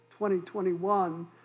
2021